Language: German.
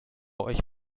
euch